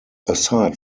aside